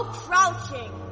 crouching